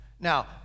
Now